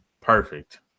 Perfect